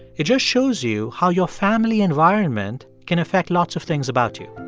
it just shows you how your family environment can affect lots of things about you